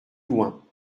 loin